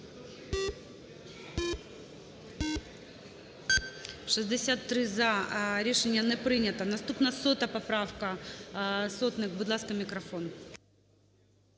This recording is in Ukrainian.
За-63 Рішення не прийняте. Наступна 100 поправка, Сотник. Будь ласка, мікрофон.